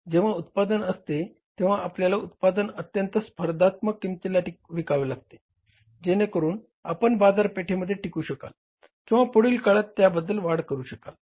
आता जेव्हा स्पर्धा असते तेव्हा आपल्याला उत्पादन अत्यंत स्पर्धात्मक किंमतीला विकावे लागते जेणेकरून आपण बाजारपेठेमध्ये टिकू शकाल किंवा पुढील काळात त्यात वाढ करू शकाल